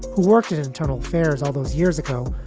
who worked at internal affairs all those years ago,